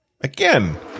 again